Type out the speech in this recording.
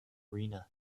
arena